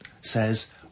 says